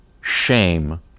shame